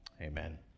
amen